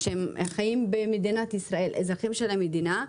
שהם חיים במדינת ישראל ואזרחי המדינה,